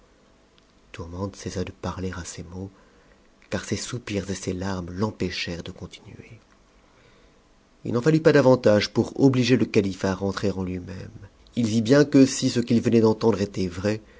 tourmente cessa je parler à ces mots car ses soupirs et ses larmes l'empêchèrent de continuer il n'en fallut pas davantage pour obliger le calife à rentrer en luimême h vit bien que si ce qu'il venait d'entendre était vrai